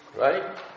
right